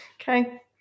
Okay